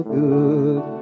good